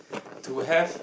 to have